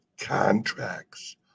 contracts